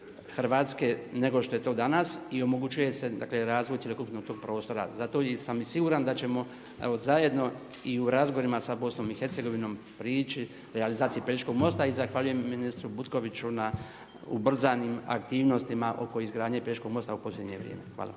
Hrvatske nego što je to danas i omogućuje se dakle razvoj cjelokupnog tog prostora. Zato sam i siguran da ćemo evo zajedno i u razgovorima sa BiH prići realizaciji Pelješkog mosta i zahvaljujem ministru Butkoviću na ubrzanim aktivnostima oko izgradnje Pelješkog mosta u posljednje vrijeme. Hvala.